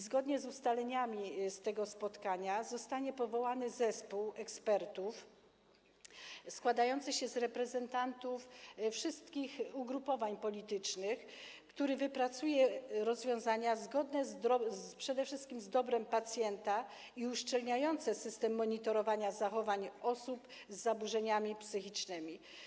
Zgodnie z ustaleniami z tego spotkania zostanie powołany zespół ekspertów, składający się z reprezentantów wszystkich ugrupowań politycznych, który wypracuje rozwiązania przede wszystkim zgodne z dobrem pacjenta i uszczelniające system monitorowania zachowań osób z zaburzeniami psychicznymi.